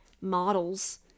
models